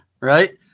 right